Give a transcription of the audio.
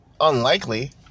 unlikely